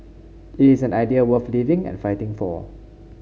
it is an idea worth living and fighting for